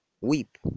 weep